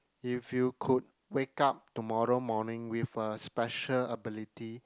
if you could wake up tomorrow morning with a special ability